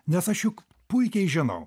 nes aš juk puikiai žinau